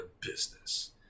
business